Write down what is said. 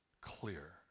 clear